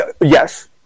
Yes